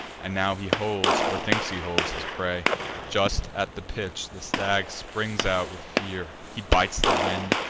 and now he holds, or thinks he holds, his prey just at the pinch, the stag springs out with fear he bites the wind,